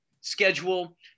schedule